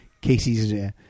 Casey's